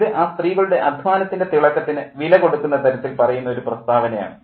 ഇത് ആ സ്ത്രീകളുടെ അദ്ധ്വാനത്തിൻ്റെ തിളക്കത്തിന് വില കൊടുക്കുന്ന തരത്തിൽ പറയുന്ന ഒരു പ്രസ്താവന ആണ്